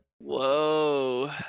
Whoa